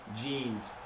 jeans